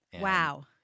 Wow